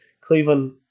Cleveland